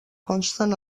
consten